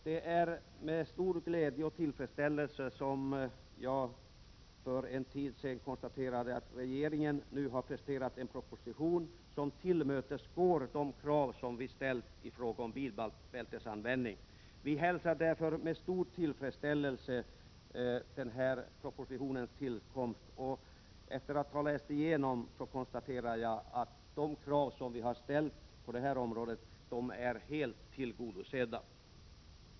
Det var med stor glädje och tillfredsställelse som jag för en tid sedan konstaterade att regeringen nu har presterat en proposition som tillmötesgår de krav som vi har ställt i fråga om bilbältesanvändning. Vi hälsar därför propositionens tillkomst med stor tillfredsställelse. Efter att ha läst igenom den konstaterar jag att de krav som vi har ställt på det här området är helt tillgodosedda.